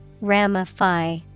Ramify